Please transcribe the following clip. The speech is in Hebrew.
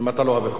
אם אתה לא הבכור?